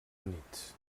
units